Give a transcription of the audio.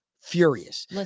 furious